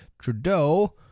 Trudeau